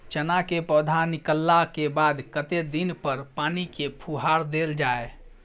चना केँ पौधा निकलला केँ बाद कत्ते दिन पर पानि केँ फुहार देल जाएँ?